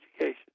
education